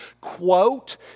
quote